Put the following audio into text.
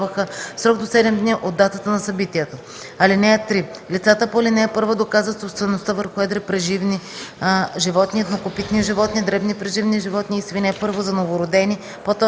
БАБХ в срок до 7 дни от датата на събитието. (3) Лицата по ал. 1 доказват собствеността върху едри преживни животни, еднокопитни животни, дребни преживни животни и свине: 1. за новородени: